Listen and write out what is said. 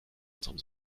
unserem